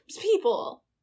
people